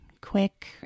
quick